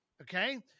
Okay